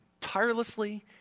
tirelessly